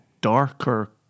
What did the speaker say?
darker